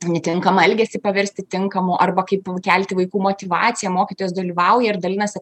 netinkamą elgesį paversti tinkamu arba kaip kelti vaikų motyvaciją mokytis dalyvauja ir dalinasi